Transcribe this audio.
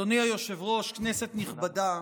אדוני היושב-ראש, כנסת נכבדה,